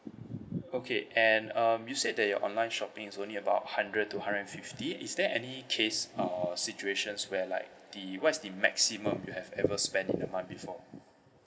okay and um you said that your online shopping is only about hundred to hundred and fifty is there any case or situations where like the what is the maximum you have ever spent in a month before